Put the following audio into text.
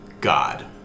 God